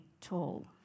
tall